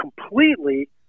completely